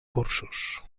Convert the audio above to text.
cursos